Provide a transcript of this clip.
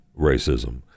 racism